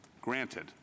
granted